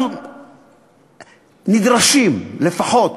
אנחנו נדרשים לפחות